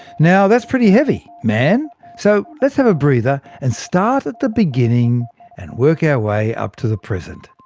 now that's pretty heavy, man. so let's have a breather, and start at the beginning and work our way up to the present.